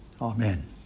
Amen